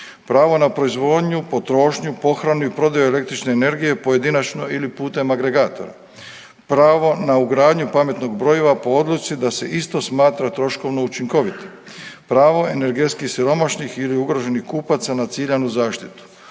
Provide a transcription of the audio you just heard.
pravo na proizvodnju, potrošnju, pohranu i prodaju električne energije pojedinačno ili putem agregatora, pravo na ugradnju pametnog brojila po odluci da se isto smatra troškovno učinkovitim, pravo energetski siromašnih ili ugroženih kupaca na ciljanu zaštitu.